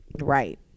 Right